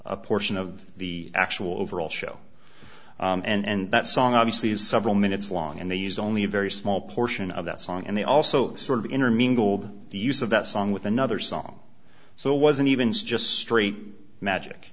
a portion of the actual overall show and that song obviously is several minutes long and they use only a very small portion of that song and they also sort of intermingled the use of that song with another song so it wasn't even suggest straight magic